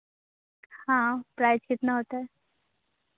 हाँ प्राइस कितना होता है